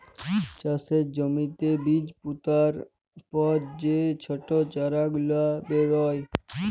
চাষের জ্যমিতে বীজ পুতার পর যে ছট চারা গুলা বেরয়